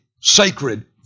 sacred